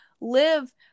live